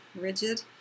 rigid